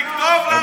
תכתוב.